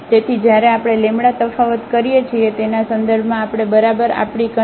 તેથી જ્યારે આપણે તફાવત કરીએ છીએ તેના સંદર્ભમાં આપણે બરાબર આપણી કંસટ્રેન મેળવીશું